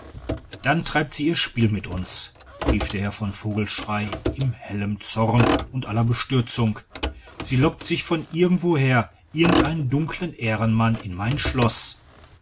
dann treibt sie ihr spiel mit uns rief der herr von vogelschrey in hellem zorn und aller bestürzung sie lockt sich von irgendwoher irgendeinen dunklen ehrenmann in mein schloß